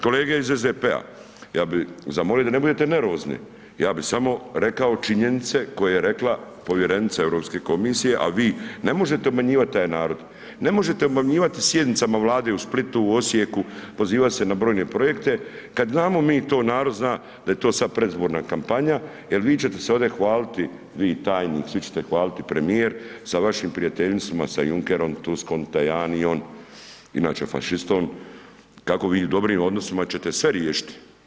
Kolege iz SDP-a, ja bi zamolimo da ne budete nervozni, ja bi samo rekao činjenice koje je rekla povjerenica Europske komisije a vi ne možete obmanjivat taj narod, ne možete obmanjivati sjednicama Vlade u Splitu, Osijeku, pozivat se na brojne projekte kad znamo mi to, narod zna da je to sad predizborna kampanja, jer vi ćete se ovdje hvaliti, vi, tajnik, svi će te hvaliti, premijer, sa vašim prijateljima sa Junckerom, Tuskom, Tajaniom inače fašistom, kako bi u dobrim odnosima ćete sve riješiti.